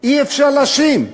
אי-אפשר להאשים.